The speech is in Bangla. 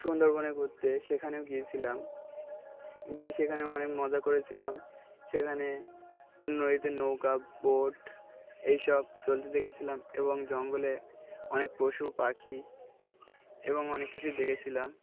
সুন্দরবনে ঘুরতে সেখানেও গিয়েছিলাম গিয়ে সেখানেও অনেক মজা করেছিলাম সেখানে নদীতে নৌকা বোট এইসব চলতে দেখেছিলাম এবং জঙ্গলে অনেক পশু পাখি এবং অনেক কিছুই দেখেছিলাম